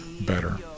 better